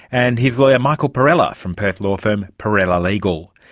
and his lawyer michael perrella from perth law firm perrella legal.